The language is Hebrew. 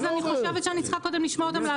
אז אני חושבת שאני צריכה קודם כל לשמוע אותם כדי